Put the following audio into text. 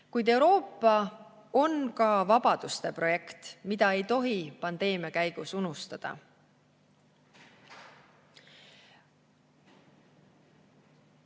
kuid Euroopa on ka vabaduste projekt, mida ei tohi pandeemia käigus unustada.